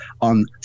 on